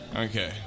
Okay